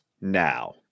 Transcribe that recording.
now